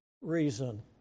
reason